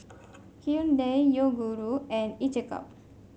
Hyundai Yoguru and each a cup